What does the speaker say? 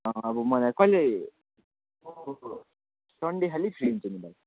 अँ अब मलाई कहिले अरू एउटा कुरो सन्डे खालि फ्री हुन्छु नि भाइ